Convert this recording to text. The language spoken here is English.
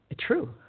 true